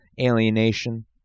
alienation